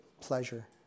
pleasure